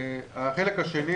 החלק השני